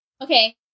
Okay